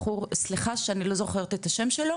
סליחה שאני לא זוכרת את השם שלו,